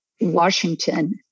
Washington